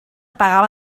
pagava